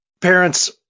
Parents